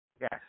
Yes